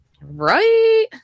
Right